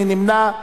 מי נמנע?